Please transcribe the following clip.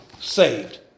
saved